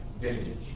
village